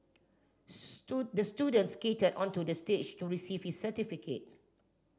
the student skated onto the stage to receive his certificate